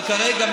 אבל כרגע,